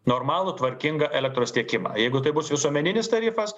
normalų tvarkingą elektros tiekimą jeigu tai bus visuomeninis tarifas